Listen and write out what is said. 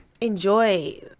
enjoy